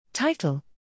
Title